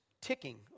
ticking